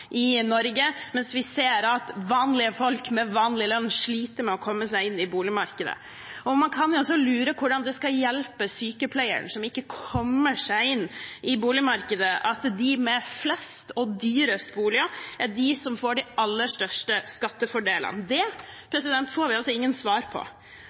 i Norge, mens vi ser at vanlige folk med vanlig lønn sliter med å komme seg inn i boligmarkedet. Man kan også lure på hvordan det skal hjelpe sykepleieren som ikke kommer seg inn i boligmarkedet, at de med flest og dyrest boliger er de som får de aller største skattefordelene. Det får vi ingen svar på.